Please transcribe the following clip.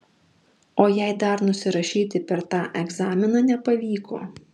o jei dar nusirašyti per tą egzaminą nepavyko